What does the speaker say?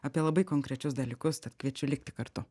apie labai konkrečius dalykus tad kviečiu likti kartu